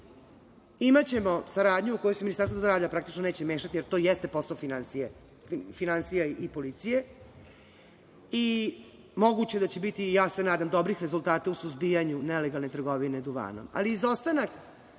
imaćemo saradnju u kojoj se Ministarstvo zdravlja praktično neće mešati, jer to jeste posao finansija i policije i moguće da će biti, ja se nadam, dobrih rezultata u suzbijanju nelegalne trgovine duvanom,